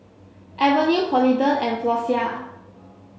Avene Polident and Floxia